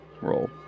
roll